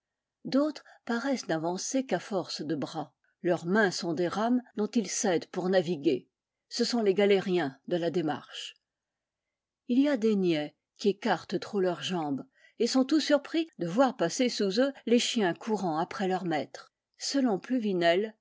d'autres paraissent n'avancer qu'à force de bras leurs mains sont des rames dont ils s'aident pour naviguer ce sont les galériens de la démarche il y a des niais qui écartent trop leurs jambes et sont tout surpris de voir passer sous eux les chiens courant après leurs maîtres selon